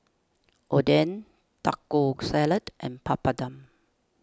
Oden Taco Salad and Papadum